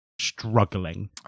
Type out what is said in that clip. struggling